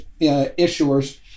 issuers